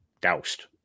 doused